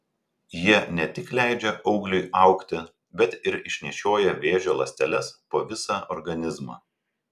jie ne tik leidžia augliui augti bet ir išnešioja vėžio ląsteles po visą organizmą